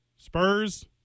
Spurs